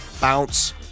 bounce